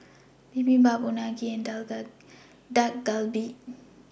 Bibimbap Unagi and Dak Galbi